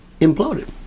imploded